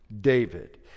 David